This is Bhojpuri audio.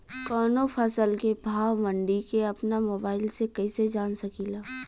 कवनो फसल के भाव मंडी के अपना मोबाइल से कइसे जान सकीला?